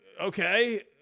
okay